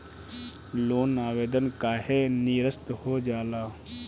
Loan आवेदन काहे नीरस्त हो जाला?